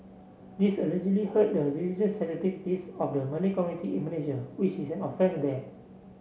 this allegedly hurt the religious sensitivities of the Malay community in Malaysia which is an offence there